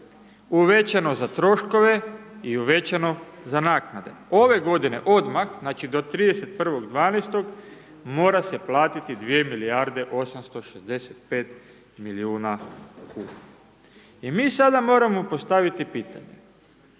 uvećano za troškove i uvećano za naknade. Ove godine odmah znači do 31.12. mora se platiti 2 milijarde 865 milijuna kuna. I mi sada moramo postaviti pitanje,